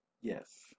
yes